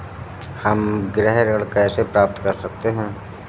हम गृह ऋण कैसे प्राप्त कर सकते हैं?